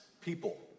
people